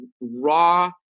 raw